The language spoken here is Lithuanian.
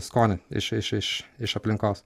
skonį iš iš iš iš aplinkos